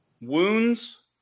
Wounds